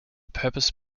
purpose